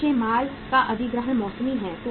कच्चे माल का अधिग्रहण मौसमी है